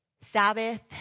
Sabbath